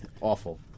Awful